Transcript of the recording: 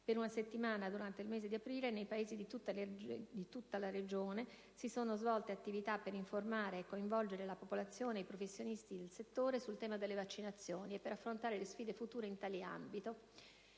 Per una settimana, durante il mese di aprile, nei Paesi di tutta la regione si sono svolte attività per informare e coinvolgere la popolazione ed i professionisti sanitari sul tema delle vaccinazioni e per affrontare le sfide future in tale ambito.